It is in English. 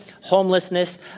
homelessness